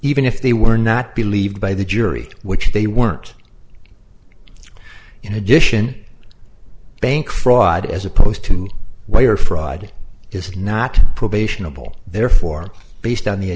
even if they were not believed by the jury which they weren't in addition bank fraud as opposed to wire fraud is not probational therefore based on the